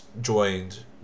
joined